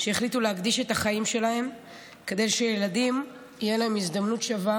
שהחליטו להקדיש את החיים שלהן כדי שלילדים תהיה הזדמנות שווה